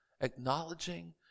acknowledging